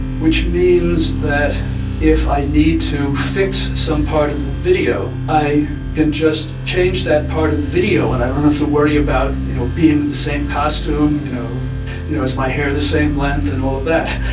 which means that if i need to fix some part of the video, i can just change that part of the video and i don't have to worry about you know being in the same costume. you know you know is my hair the same length and all of that?